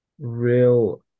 real